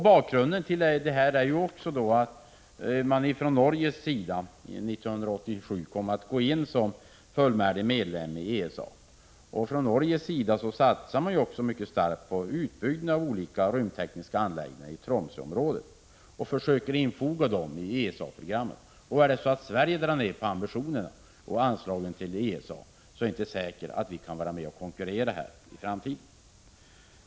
Bakgrunden till detta är att Norge 1987 går in som fullvärdig medlem i ESA. I Norge satsar man starkt på utbyggnad av olika rymdtekniska anläggningar i Tromsö och försöker infoga demi ESA-programmen. Om Sverige drar ned på ambitionerna och anslagen till ESA, är det inte säkert att vi kan vara med och konkurrera i framtiden.